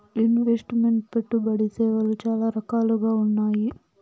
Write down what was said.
invest meant పెట్టుబడి సేవలు చాలా రకాలుగా ఉన్నాయి